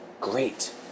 Great